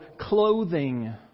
clothing